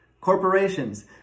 Corporations